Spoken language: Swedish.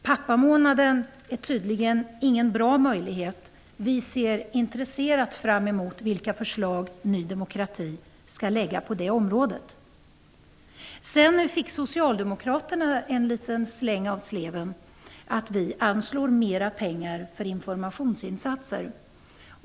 Pappamånaden är tydligen ingen bra möjlighet. Vi ser med intresse fram emot Ny demokratis kommande förslag på det området. Socialdemokraterna fick en liten släng av sleven. Man sade att vi anslår mer pengar för informationsinsatser.